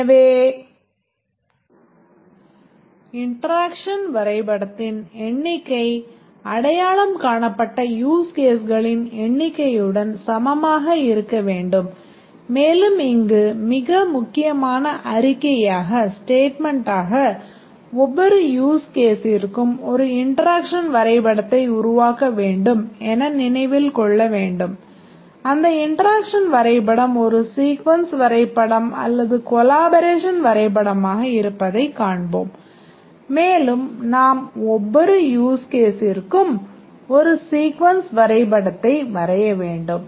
எனவே இன்டெராக்ஷன் வரைபடத்தின் எண்ணிக்கை அடையாளம் காணப்பட்ட யூஸ் கேஸ்களின் எண்ணிக்கையுடன் சமமாக இருக்க வேண்டும் மேலும் இங்கு மிக முக்கியமான அறிக்கையாக வரைபடம் அல்லது கொலாபரேஷன் வரைபடமாக இருப்பதைக் காண்போம் மேலும் நாம் ஒவ்வொரு யூஸ் கேஸ்ஸிற்கும் ஒரு சீக்வென்ஸ் வரைபடத்தை வரைய வேண்டும்